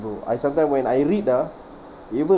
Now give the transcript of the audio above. bro I sometime when I read ah even